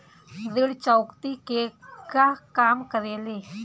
ऋण चुकौती केगा काम करेले?